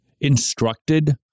instructed